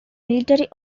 military